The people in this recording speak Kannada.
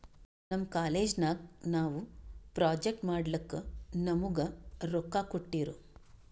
ನಮ್ ಕಾಲೇಜ್ ನಾಗ್ ನಾವು ಪ್ರೊಜೆಕ್ಟ್ ಮಾಡ್ಲಕ್ ನಮುಗಾ ರೊಕ್ಕಾ ಕೋಟ್ಟಿರು